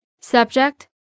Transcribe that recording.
Subject